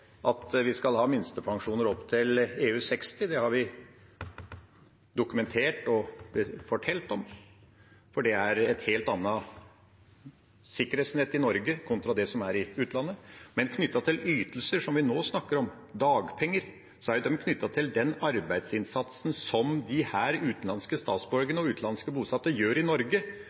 at vi skal ha minstepensjoner opp til EU60. Det har vi dokumentert og fortalt om, for det er et helt annet sikkerhetsnett i Norge enn det som er i utlandet. Men de ytelsene vi nå snakker om, dagpenger, er jo knyttet til den arbeidsinnsatsen disse utenlandske statsborgerne og utenlandske bosatte gjør i Norge, og da er det det som skal dekkes, fordi de gjør en innsats i arbeidslivet i Norge.